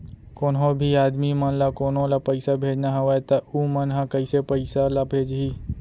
कोन्हों भी आदमी मन ला कोनो ला पइसा भेजना हवय त उ मन ह कइसे पइसा ला भेजही?